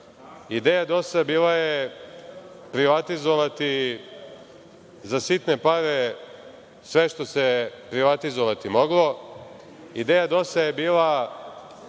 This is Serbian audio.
ideja DOS-a je privatizovati za sitne pare sve što se privatizovati moglo, ideja DOS-a je bila